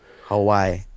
Hawaii